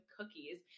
cookies